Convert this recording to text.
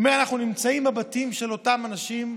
הוא אומר: אנחנו נמצאים בבתים של אותם אנשים,